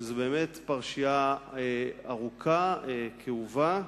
שזאת באמת פרשייה ארוכה, כאובה,